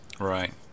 Right